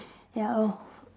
ya lor